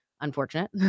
unfortunate